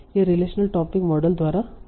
यह relational topic model द्वारा था